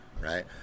right